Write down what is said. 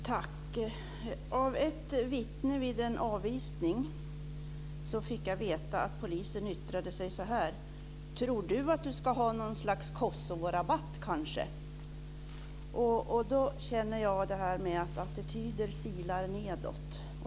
Fru talman! Av ett vittne vid en avvisning fick jag veta att polisen yttrade sig så här: Tror du att du ska ha något slags Kosovorabatt kanske? Då känner jag det här att attityder silar nedåt.